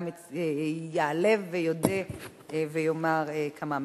יעלה ויודה ויאמר כמה מלים.